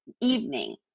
evening